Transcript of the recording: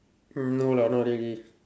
mm no lah not really